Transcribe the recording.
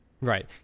Right